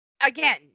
again